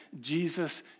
Jesus